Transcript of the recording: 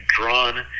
drawn